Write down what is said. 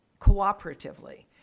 cooperatively